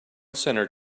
center